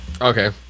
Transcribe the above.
okay